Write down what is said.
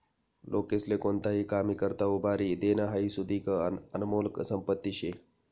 लोकेस्ले कोणताही कामी करता उभारी देनं हाई सुदीक आनमोल संपत्ती शे